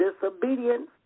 disobedience